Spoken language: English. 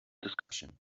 discussion